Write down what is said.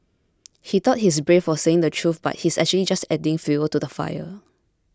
he thought he's brave for saying the truth but he's actually just adding fuel to the fire